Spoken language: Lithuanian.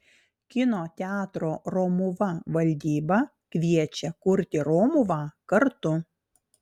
kino teatro romuva valdyba kviečia kurti romuvą kartu